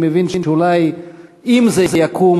אני מבין שאולי אם זה יקום,